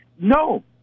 no